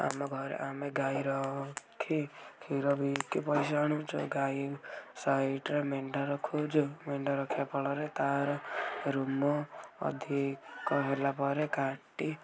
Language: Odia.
ଆମ ଘରେ ଆମେ ଗାଈ ରଖି କ୍ଷୀର ବିକି ପଇସା ଆଣୁଛୁ ଗାଈ ସାଇଟରେ ମେଣ୍ଢା ରଖୁଛୁ ମେଣ୍ଢା ରଖିବା ଫଳରେ ତାର ରୁମ ଅଧିକ ହେଲା ପରେ କାଟି